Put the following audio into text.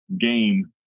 game